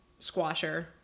squasher